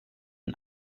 den